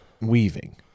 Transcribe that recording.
weaving